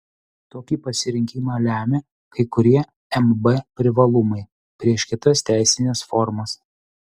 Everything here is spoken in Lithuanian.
tokį pasirinkimą lemia kai kurie mb privalumai prieš kitas teisines formas